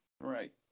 Right